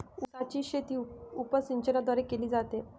उसाची शेती उपसिंचनाद्वारे केली जाते